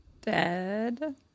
Dead